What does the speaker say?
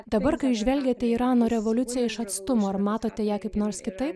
dabar kai žvelgiate į irano revoliuciją iš atstumo ar matote ją kaip nors kitaip